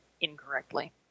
incorrectly